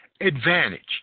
advantage